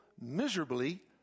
miserably